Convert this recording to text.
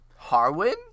Harwin